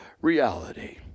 reality